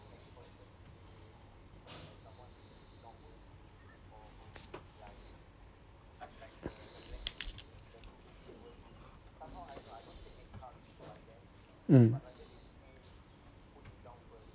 mm